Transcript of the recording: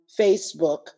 Facebook